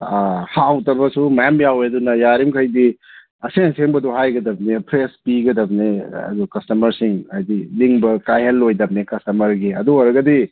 ꯍꯥꯎꯇꯕꯁꯨ ꯃꯌꯥꯝ ꯌꯥꯎꯋꯦ ꯑꯗꯨꯅ ꯌꯥꯔꯤꯝꯈꯩꯗꯤ ꯑꯁꯦꯡ ꯑꯁꯦꯡꯕꯗꯣ ꯍꯥꯏꯒꯗꯝꯅꯤ ꯐ꯭ꯔꯦꯁ ꯄꯤꯒꯗꯝꯅꯦ ꯑꯥ ꯑꯗꯨ ꯀꯁꯇꯃꯔꯁꯤꯡ ꯍꯥꯏꯗꯤ ꯅꯤꯡꯕ ꯀꯥꯏꯍꯜꯂꯣꯏꯗꯝꯅꯤ ꯀꯁꯇꯃꯔꯒꯤ ꯑꯗꯨ ꯑꯣꯏꯔꯒꯗꯤ